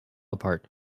apart